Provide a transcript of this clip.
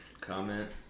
comment